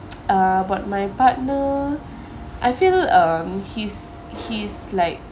about my partner I feel um he's he's like